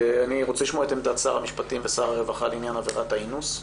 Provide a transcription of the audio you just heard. אני רוצה לשמוע את עמדת שר המשפטים ושר הרווחה בעניין עבירת האינוס,